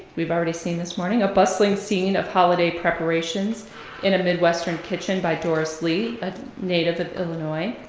we've already seen this morning, a bustling scene of holiday preparations in a midwestern kitchen by doris lee, a native of illinois,